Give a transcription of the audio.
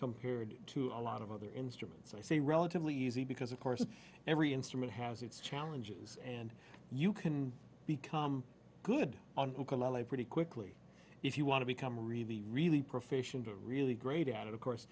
compared to a lot of other instruments so i say relatively easy because of course every instrument has its challenges and you can become good on a pretty quickly if you want to become really really professional really great at it of course